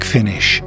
Finish